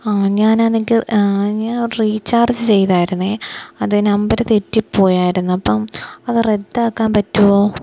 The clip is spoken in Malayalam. ആ ഞാനാണെങ്കില് ഞാൻ റീചാർജ് ചെയ്തായിരുന്നു അത് നമ്പര് തെറ്റിപ്പോയിരുന്നു അപ്പം അത് റദ്ദാക്കാൻ പറ്റുമോ